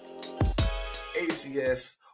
acs